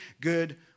good